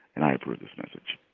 and i approve this message